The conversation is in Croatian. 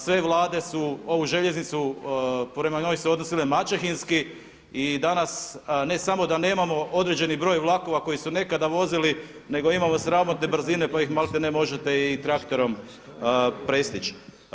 Sve vlade su ovu željeznicu, prema njoj su se odnosile maćehinski i danas ne samo da nemamo određeni broj vlakova koji su nekada vozili nego imamo sramotne brzine pa ih maltene možete i traktorom pestići.